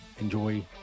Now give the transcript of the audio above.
Enjoy